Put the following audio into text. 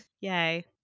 Yay